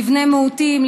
לבני מיעוטים,